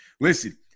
Listen